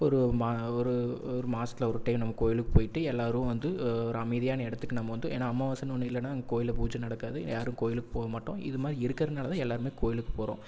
ஒரு மா ஒரு ஒரு மாதத்துல ஒரு டைம் நம்ம கோவிலுக்கு போய்ட்டு எல்லோரும் வந்து ஒரு அமைதியான இடத்துக்கு நம்ம வந்து ஏன்னா அம்மாவாசைன்னு ஒன்று இல்லைன்னா இங்கே கோவில்ல பூஜை நடக்காது யாரும் கோவிலுக்கு போக மாட்டோம் இது மாதிரி இருக்கிறதுனாலதான் எல்லோருமே கோவிலுக்கு போகிறோம்